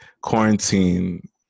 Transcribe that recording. quarantine